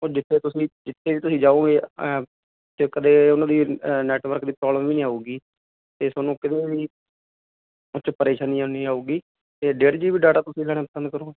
ਉਹ ਜਿੱਥੇ ਤੁਸੀਂ ਜਿੱਥੇ ਵੀ ਤੁਸੀਂ ਜਾਓਗੇ ਜੇ ਕਦੇ ਉਨ੍ਹਾਂ ਦੀ ਨੈਟਵਰਕ ਦੀ ਪ੍ਰੋਬਲਮ ਵੀ ਨੀ ਆਊਗੀ ਤੇ ਥੋਨੂੰ ਕਿਤੇ ਵੀ ਕੁਛ ਪ੍ਰੇਸ਼ਾਨੀ ਨਹੀਂ ਆਊਗੀ ਤੇ ਡੇਢ ਜੀ ਬੀ ਤੁਸੀਂ ਡਾਟਾ ਲੈਣਾ ਪਸੰਦ ਕਰੋਂਗੇ